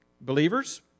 believers